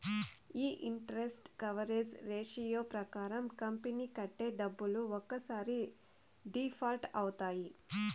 ఈ interest coverage ratio ప్రకారం company కట్టే డబ్బులు ఒక్కసారి డిఫాల్ట్ అవుతాయి